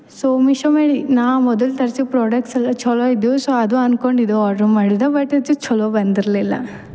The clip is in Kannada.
ಸೊ ಮಿಶೋ ಮೇಲೆ ನಾ ಮೊದಲು ತರಿಸಿ ಪ್ರಾಡಕ್ಟ್ಸ್ ಎಲ್ಲ ಛಲೋ ಇದ್ವು ಸೊ ಅದು ಅನ್ಕೊಂಡು ಇದು ಆಡ್ರ್ ಮಾಡಿದ್ದೆ ಬಟ್ ಇದು ಛಲೋ ಬಂದಿರಲಿಲ್ಲ